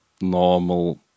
normal